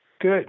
Good